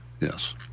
yes